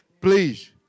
Please